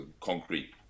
concrete